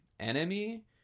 enemy